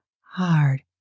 hard